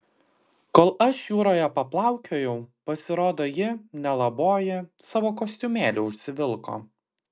kol aš jūroje paplaukiojau pasirodo ji nelaboji savo kostiumėlį užsivilko